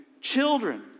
children